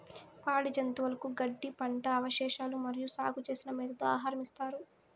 పాడి జంతువులకు గడ్డి, పంట అవశేషాలు మరియు సాగు చేసిన మేతతో ఆహారం ఇస్తారు